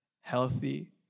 healthy